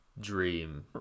dream